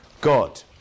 god